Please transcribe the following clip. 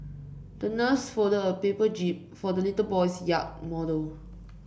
the nurse folded a paper jib for the little boy's yacht model